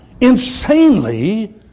insanely